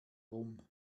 rum